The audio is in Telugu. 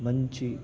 మంచి